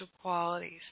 qualities